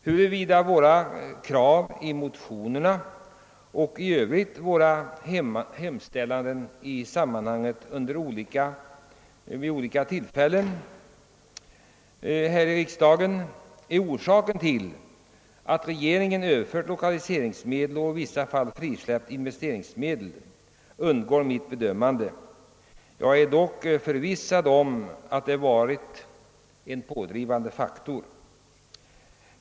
Huruvida våra i motionerna och i andra sammanhang framförda krav är orsaken till att regering en överfört lokaliseringsmedel och i vissa fall frisläppt investeringsmedel undandrar sig mitt bedömande. Jag är dock förvissad om att detta varit en pådrivande faktor.